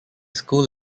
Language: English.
school